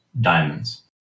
diamonds